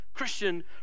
christian